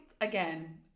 again